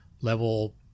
level